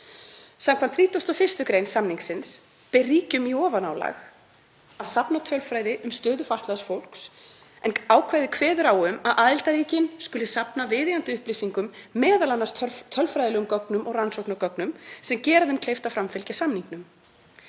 Samkvæmt 31. gr. samningsins ber ríkjum í ofanálag að safna tölfræði um stöðu fatlaðs fólks, en ákvæðið kveður á um að aðildarríkin skuli safna viðeigandi upplýsingum, m.a. tölfræðilegum gögnum og rannsóknargögnum, sem gera þeim kleift að framfylgja samningnum.